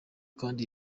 kandi